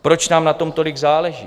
Proč nám na tom tolik záleží?